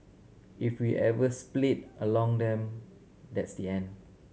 if we ever split along them that's the end